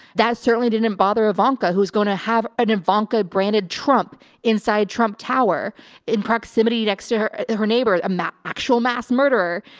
that certainly didn't and bother ivanka, who's going to have an ivanka branded trump inside trump tower in proximity next to her, her neighbor, a mass actual mass murderer.